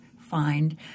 find